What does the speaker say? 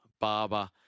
Barber